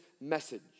message